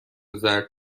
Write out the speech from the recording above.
زرد